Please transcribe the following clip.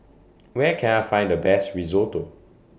Where Can I Find The Best Risotto